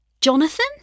Jonathan